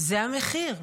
זה המחיר,